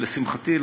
ולשמחתי,